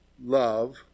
love